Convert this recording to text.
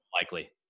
likely